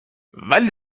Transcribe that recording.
ولی